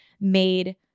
made